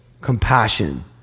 compassion